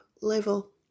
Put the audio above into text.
level